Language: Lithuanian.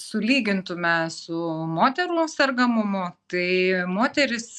sulygintume su moterų sergamumu tai moterys